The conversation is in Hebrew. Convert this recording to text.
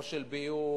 או של ביוב,